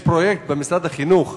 יש פרויקט במשרד החינוך